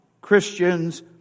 Christians